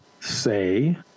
say